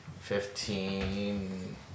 Fifteen